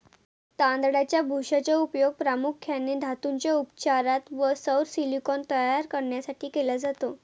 तांदळाच्या भुशाचा उपयोग प्रामुख्याने धातूंच्या उपचारात व सौर सिलिकॉन तयार करण्यासाठी केला जातो